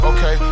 Okay